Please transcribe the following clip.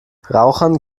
rauchern